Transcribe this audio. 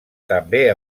també